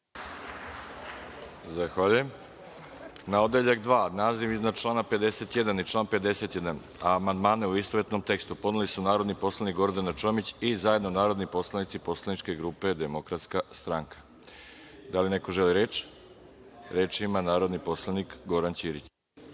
Zahvaljujem. Na odeljak dva, naziv iznad člana 51. i član 51. amandmane, u istovetnom tekstu, podneli su narodni poslanik Gordana Čomić i zajedno narodni poslanici poslaničke grupe Demokratska stranka. Da li neko želi reč? Reč ima narodni poslanik Goran Ćirić.